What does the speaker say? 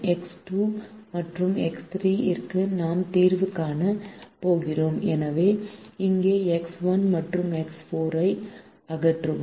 X 2 மற்றும் x 3 க்கு நாம் தீர்வு காணப் போகிறோம் எனவே இங்கே எக்ஸ் 1 மற்றும் எக்ஸ் 4 ஐ அகற்றுவோம்